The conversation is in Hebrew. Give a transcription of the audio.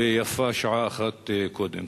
ויפה שעה אחת קודם.